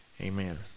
amen